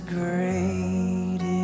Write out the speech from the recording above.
great